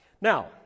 Now